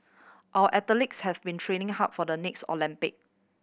our athletes have been training hard for the next Olympic